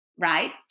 right